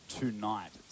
tonight